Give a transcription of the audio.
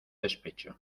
despecho